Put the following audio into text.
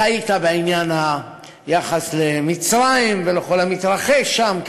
טעית בעניין היחס למצרים ולכל המתרחש שם.